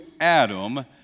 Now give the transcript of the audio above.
Adam